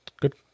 good